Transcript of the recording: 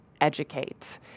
educate